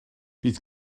bydd